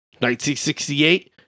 1968